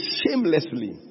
shamelessly